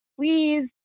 please